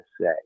say